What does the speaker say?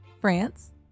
France